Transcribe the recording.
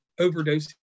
overdosing